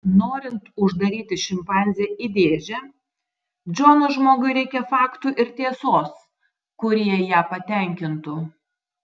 norint uždaryti šimpanzę į dėžę džono žmogui reikia faktų ir tiesos kurie ją patenkintų